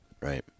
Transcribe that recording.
Right